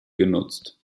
genutzt